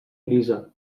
grisa